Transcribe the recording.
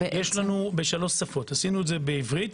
בעברית,